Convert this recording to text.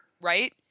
Right